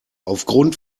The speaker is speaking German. aufgrund